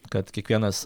kad kiekvienas